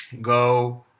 go